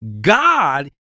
God